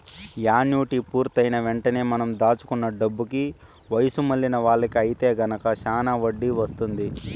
annuity పూర్తయిన వెంటనే మనం దాచుకున్న డబ్బుకి వయసు మళ్ళిన వాళ్ళకి ఐతే గనక శానా వడ్డీ వత్తుంది